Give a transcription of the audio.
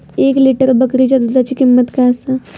एक लिटर बकरीच्या दुधाची किंमत काय आसा?